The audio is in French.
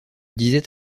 disait